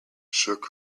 shook